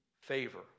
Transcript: favor